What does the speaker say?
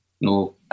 No